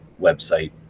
website